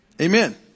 amen